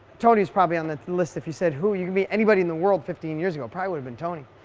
tony's probably on the list, if you said, who you can meet anybody in the world, fifteen years go, probably woulda been tony.